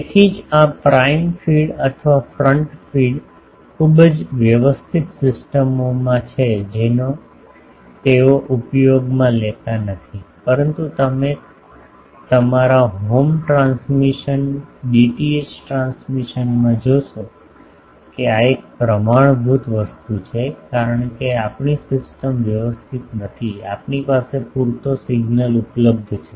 તેથી જ આ પ્રાઇમ ફીડ અથવા આ ફ્રન્ટ ફીડ ખૂબ જ વ્યવસ્થિત સિસ્ટમોમાં છે જેનો તેઓ ઉપયોગમાં લેતા નથી પરંતુ તમે તમારા હોમ ટ્રાન્સમિશન ડીટીએચ ટ્રાન્સમિશન માં જોશો આ એક પ્રમાણભૂત વસ્તુ છે કારણ કે આપણી સિસ્ટમ્સ વ્યવસ્થિત નથી અમારી પાસે પૂરતો સિગનલ ઉપલબ્ધ છે